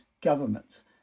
governments